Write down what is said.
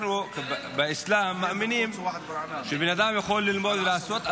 אנחנו באסלאם מאמינים שבן אדם יכול ללמוד ולעשות,